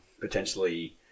potentially